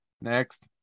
Next